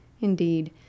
Indeed